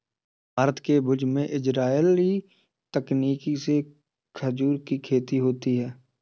भारत के भुज में इजराइली तकनीक से खजूर की खेती होती है